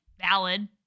valid